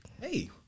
Hey